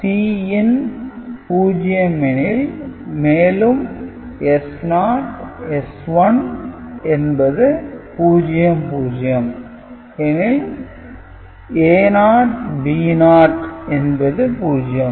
Cin 0 எனில் மேலும் S0 S1 என்பது 00 எனில் A0 B0 என்பது 0